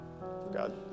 God